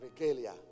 regalia